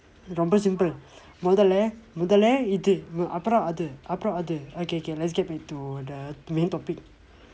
ரொம்ப:rompa simple முதலை முதலை இது அப்புறம் அது அப்புறம் அது:muthali muthali ithu appuram athu appuram athu okay can let's get back to the main topic